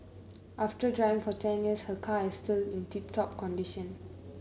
after driving for ten years her car is still in tip top condition